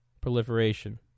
proliferation